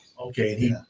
okay